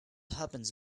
happens